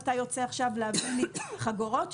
אתה יוצא עכשיו להביא לי חגורות וכולי.